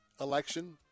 election